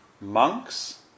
monks